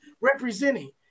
representing